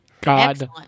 God